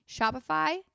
Shopify